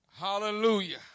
Hallelujah